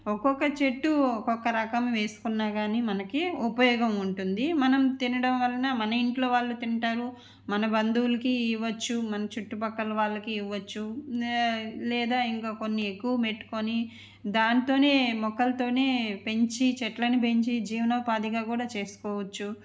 ఒక్కొక్క చెట్టు ఒక్కొక్క రకం వేసుకున్న కాని మనకి ఉపయోగం ఉంటుంది మనం తినడం వల్ల మన ఇంట్లో వాళ్ళు తింటారు మన బంధువులకి ఇవ్వచ్చు మన చుట్టుపక్కల వాళ్ళకి ఇవ్వవచ్చు లే లేదా కొన్ని ఎక్కువ పెట్టుకొని దానితోటే మొక్కలతోనే పెంచి చెట్లను పెంచి జీవనోపాధిగా కూడా చేసుకోవచ్చు